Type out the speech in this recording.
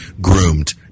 groomed